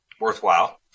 worthwhile